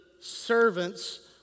servants